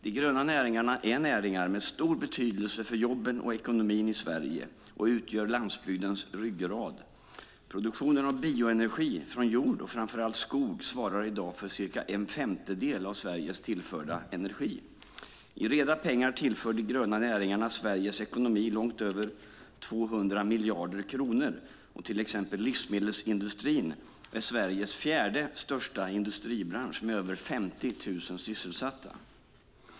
De gröna näringarna är näringar med stor betydelse för jobben och ekonomin i Sverige och utgör landsbygdens ryggrad. Produktionen av bioenergi från jord och framför allt skog svarar i dag för cirka en femtedel av Sveriges tillförda energi. I reda pengar tillför de gröna näringarna Sveriges ekonomi långt över 200 miljarder kronor, och till exempel livsmedelsindustrin är Sveriges fjärde största industribransch med över 50 000 sysselsatta.